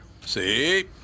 See